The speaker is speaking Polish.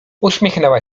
uśmiechnęła